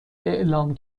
اعلام